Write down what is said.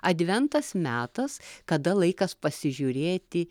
adventas metas kada laikas pasižiūrėti